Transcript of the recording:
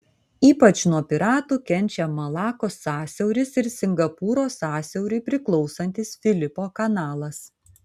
ypač nuo piratų kenčia malakos sąsiauris ir singapūro sąsiauriui priklausantis filipo kanalas